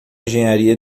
engenharia